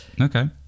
Okay